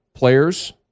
players